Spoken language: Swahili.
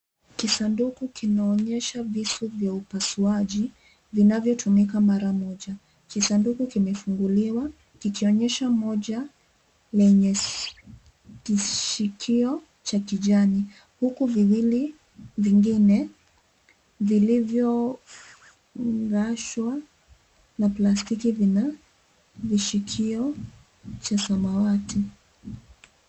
Kisanduku kinaonyesha visu vya upasuaji vinavyotumika mara moja. Kisanduku kimefunguliwa kikionyesha moja lenye kishikio cha kijani, huku viwili vingine, vilivyofunganishwa na plastiki vinavishikio vya samawati.